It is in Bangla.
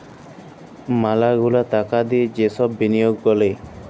ম্যালা গুলা টাকা দিয়ে যে সব বিলিয়গ ক্যরে